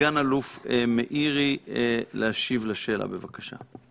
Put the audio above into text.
מסגן אלוף מאירי להשיב לשאלה, בבקשה.